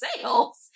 sales